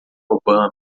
obama